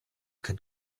can